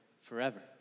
forever